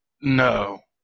No